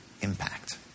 impact